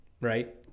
Right